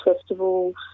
festivals